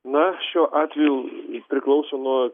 na šiuo atveju priklauso nuo